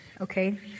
okay